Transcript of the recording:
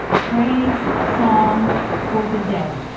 praise song for the day.